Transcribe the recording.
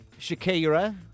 Shakira